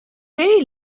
very